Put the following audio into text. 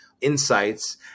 insights